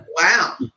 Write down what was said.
wow